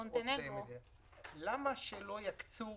תודה רבה, גברתי, חבר הכנסת מיקי לוי,